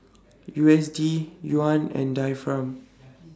U S D Yuan and Dirham